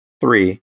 three